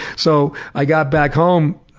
so i got back home